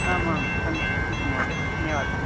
आमां सम्यक् सम्यक् महोदय धन्यवादः